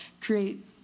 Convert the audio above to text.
create